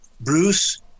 Bruce